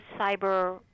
cyber